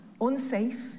unsafe